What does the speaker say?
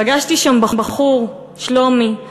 פגשתי שם בחור, שלומי,